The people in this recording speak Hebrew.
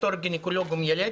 בתור גניקולוג ומיילד,